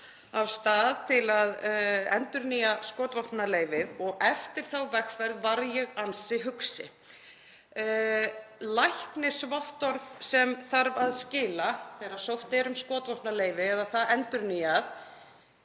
af stað til að endurnýja skotvopnaleyfið og eftir þá vegferð varð ég ansi hugsi. Læknisvottorð sem þarf að skila þegar sótt er um skotvopnaleyfi eða það endurnýjað